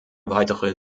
weitere